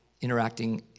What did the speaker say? interacting